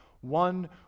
One